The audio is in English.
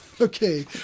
Okay